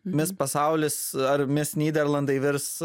mis pasaulis ar mis nyderlandai virs